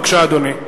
בבקשה, אדוני.